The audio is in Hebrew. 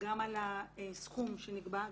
גם על הסכום שנגבה,